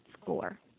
score